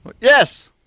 yes